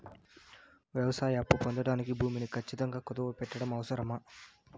వ్యవసాయ అప్పు పొందడానికి భూమిని ఖచ్చితంగా కుదువు పెట్టడం అవసరమా?